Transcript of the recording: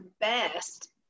best